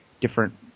different –